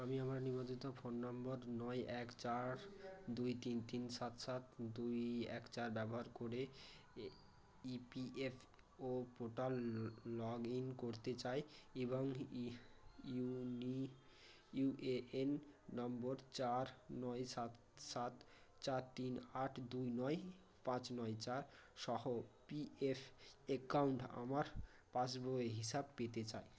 আমি আমার নিবন্ধিত ফোন নম্বর নয় এক চার দুই তিন তিন সাত সাত দুই এক চার ব্যবহার করে এ ইপিএফও পোর্টাল লগইন করতে চাই এবং ই ইউনি ইউএএন নম্বর চার নয় সাত সাত চার তিন আট দুই নয় পাঁচ নয় চার সহ পিএফ অ্যাকাউন্ট আমার পাসবই হিসাব পেতে চাই